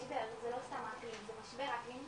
לא סתם האקלים, זה משבר האקלים.